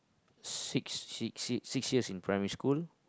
six six six six years in primary school